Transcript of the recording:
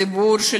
הציבור של